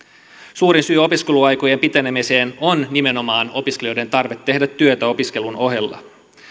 suurin syy opiskeluaikojen pitenemiseen on nimenomaan opiskelijoiden tarve tehdä työtä opiskelun ohella